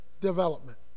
development